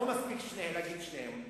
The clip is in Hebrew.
לא מספיק להגיד שניהם.